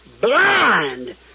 blind